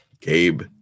Gabe